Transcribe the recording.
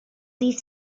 dydd